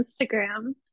Instagram